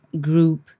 group